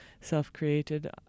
self-created